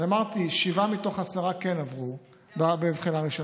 אמרתי, שבעה מתוך עשרה כן עברו בבחינה ראשונה.